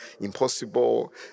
impossible